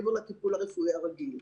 מעבר לטיפול הרפואי הרגיל.